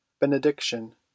benediction